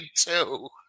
two